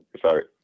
Sorry